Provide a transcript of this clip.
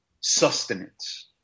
sustenance